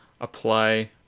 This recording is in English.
apply